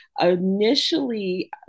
initially